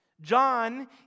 John